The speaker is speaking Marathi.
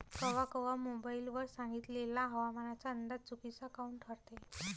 कवा कवा मोबाईल वर सांगितलेला हवामानाचा अंदाज चुकीचा काऊन ठरते?